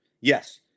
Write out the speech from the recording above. yes